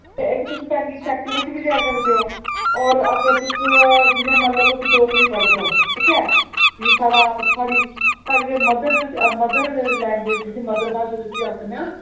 इक तुस banking sector बिच बी जाई सकदे ओ और अगर तुस जि'यां मन्नी लाओ तुस डोगरी पढ़दे ओ ठीक ऐ साढ़ा साढ़ी ते मदर मदर लैंग्वेज जिसी मदर भाशा जिसी आखने आं